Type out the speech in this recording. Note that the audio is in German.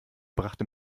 brachte